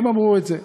הם אמרו את זה.